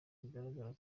bigaragara